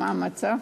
מה המצב?